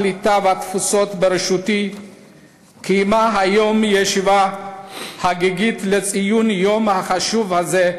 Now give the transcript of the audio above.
הקליטה והתפוצות בראשותי קיימה היום ישיבה חגיגית לציון היום החשוב הזה,